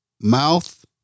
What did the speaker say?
mouth